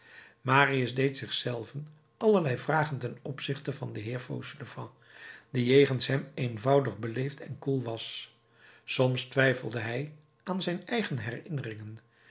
marius deed zich zelven allerlei vragen ten opzichte van den heer fauchelevent die jegens hem eenvoudig beleefd en koel was soms twijfelde hij aan zijn eigen herinneringen